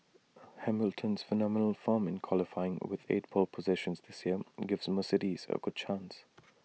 Hamilton's phenomenal form in qualifying with eight pole positions this year gives Mercedes A good chance